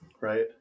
right